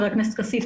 חבר הכנסת כסיף,